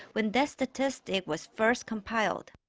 when that statistic was first compiled.